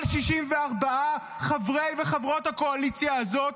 כל 64 חברי וחברות הקואליציה הזאת,